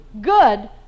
Good